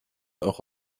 auch